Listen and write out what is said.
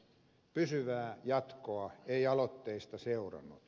pysyvää jatkoa ei aloitteista seurannut